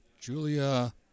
Julia